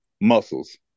Muscles